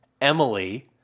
Emily